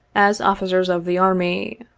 as officers of the army.